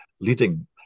leading